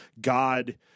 God